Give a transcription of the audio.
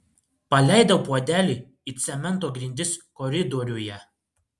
paleidau puodelį į cemento grindis koridoriuje